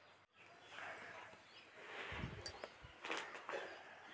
భూగర్బజలాలు అంటే భూమి కింద రాతి పొరలలో ఉండే నీటి వనరులు ప్రపంచంలో ముప్పై శాతం నీరు ఈ భూగర్బజలలాదే